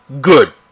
good